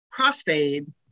Crossfade